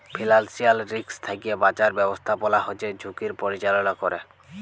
financial risk থ্যাইকে বাঁচার ব্যবস্থাপলা হছে ঝুঁকির পরিচাললা ক্যরে